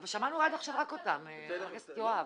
אי אפשר --- אצלנו בשכונה זה לא עובד.